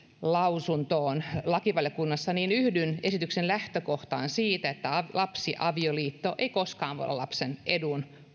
lausuntoihin lakivaliokunnassa yhdyn esityksen lähtökohtaan siitä että lapsiavioliitto ei koskaan voi olla lapsen edun